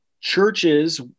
churches